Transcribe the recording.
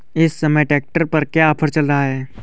इस समय ट्रैक्टर पर क्या ऑफर चल रहा है?